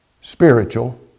spiritual